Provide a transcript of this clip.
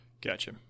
Gotcha